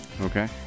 Okay